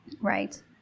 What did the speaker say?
right